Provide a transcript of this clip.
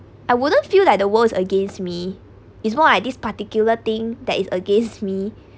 I wouldn't feel like the world's against me is more like this particular thing that is against me